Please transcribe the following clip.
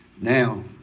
Now